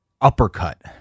uppercut